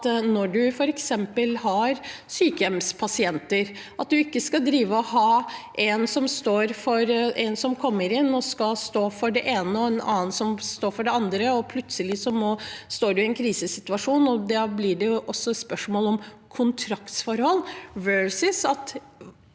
når man f.eks. har sykehjemspasienter, skal man ikke ha en som kommer inn og står for det ene, og en annen som står for det andre. Plutselig står man i en krisesituasjon. Da blir det et spørsmål om kontraktsforhold